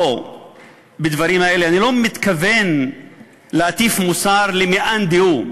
בדברים האלה אני לא מתכוון להטיף מוסר למאן דהוא,